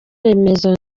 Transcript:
remezo